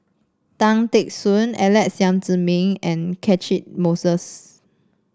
Tan Teck Soon Alex Yam Ziming and Catchick Moses